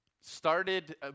started